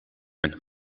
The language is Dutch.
een